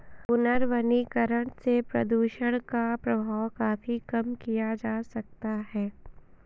पुनर्वनीकरण से प्रदुषण का प्रभाव काफी कम किया जा सकता है